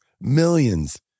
millions